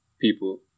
people